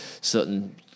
certain